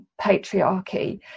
patriarchy